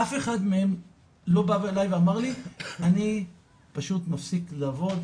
אף אחד מהם לא בא אליי ואמר לי אני פשוט מפסיק לעבוד,